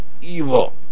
evil